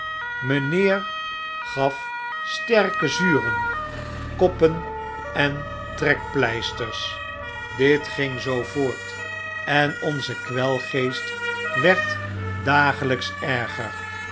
mynheer gaf sterke zuren koppen en trekpleisters dit ging zoo voort en onze kwelgeest werd dagelyks erger